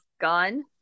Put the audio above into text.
gun